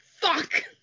fuck